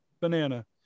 banana